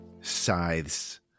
scythes